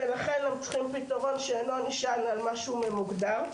לכן הם צריכים פתרון שאינו נשען על משהו ממוגדר.